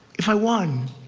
if i won,